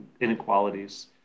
inequalities